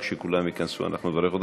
כשכולם ייכנסו נברך אותם.